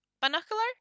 binocular